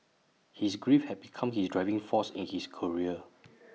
his grief had become his driving force in his career